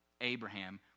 Abraham